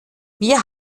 wir